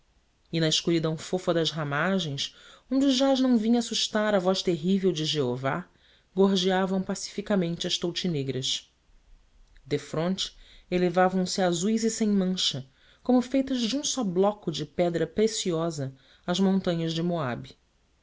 e na escuridão fofa das ramagens onde já as não vinha assustar a voz terrível de jeová gorjeavam pacificamente as toutinegras defronte elevavam se azuis e sem mancha como feitas de um só bloco de pedra preciosa as montanhas do moabe